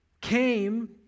came